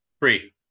Free